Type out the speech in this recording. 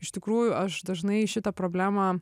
iš tikrųjų aš dažnai į šitą problemą